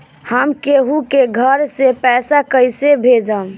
हम केहु के घर से पैसा कैइसे भेजम?